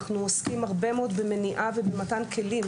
אנחנו עוסקים הרבה מאוד במניעה ובמתן כלים